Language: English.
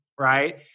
right